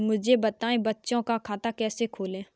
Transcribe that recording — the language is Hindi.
मुझे बताएँ बच्चों का खाता कैसे खोलें?